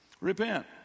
repent